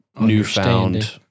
newfound